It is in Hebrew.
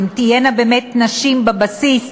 ואם תהיינה באמת נשים בבסיס,